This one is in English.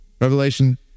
Revelation